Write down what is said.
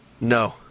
No